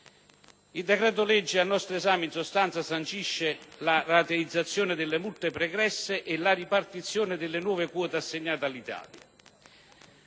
Il decreto-legge al nostro esame, in sostanza, sancisce la rateizzazione delle multe pregresse e la ripartizione delle nuove quote assegnate all'Italia.